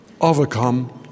overcome